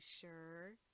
sure